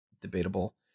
debatable